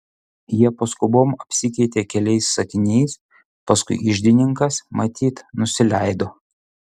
jie paskubom apsikeitė keliais sakiniais paskui iždininkas matyt nusileido